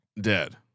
Dead